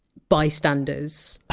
bystanders.